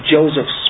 Joseph